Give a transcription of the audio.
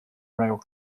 rail